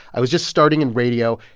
i was just starting in radio,